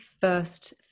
first